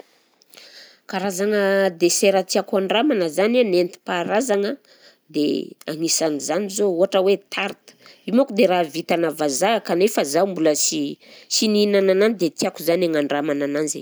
Karazagna desera tiako andramana zany a nentim-paharazagna dia anisan'izany zao ohatra hoe tarte, io manko dia raha vitana vazaha, kanefa zaho mbola sy sy nihinanana anany dia tiako izany agnandramana ananzy.